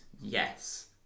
Yes